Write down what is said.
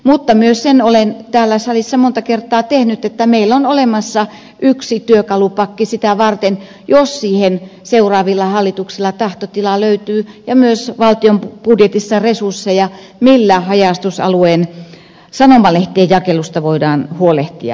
mutta myös sen olen täällä salissa monta kertaa sanonut että meillä on olemassa yksi työkalupakki jos seuraavilla hallituksilla tahtotilaa löytyy ja myös valtion budjetissa resursseja millä haja asutusalueen sanomalehtien jakelusta voidaan huolehtia